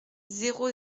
zéro